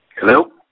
hello